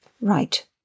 Right